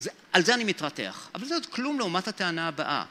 על זה אני מתרתח, אבל זה עוד כלום לעומת הטענה הבאה